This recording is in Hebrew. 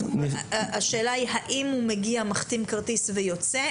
השאלה היא אם הוא מגיע, מחתים כרטיס ויוצא?